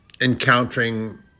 Encountering